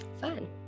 fun